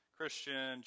Christian